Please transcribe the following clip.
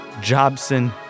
Jobson